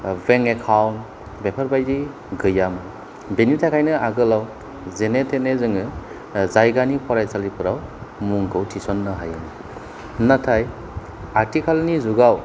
bank account बेफोरबायदि गैयामोन बेनि थाखायनो आगोलाव जेने थेने जोङो जायगानि फरायसालिफोराव मुंखौ थिसननो हायोमोन नाथाय आथिखालनि जुगाव